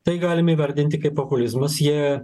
tai galim įvardinti kaip populizmas jie